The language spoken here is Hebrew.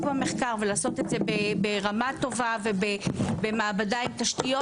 במחקר ולעשות את זה ברמה טובה ובמעבדה עם תשתיות,